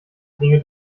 dinge